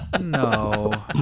No